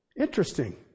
Interesting